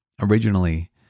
Originally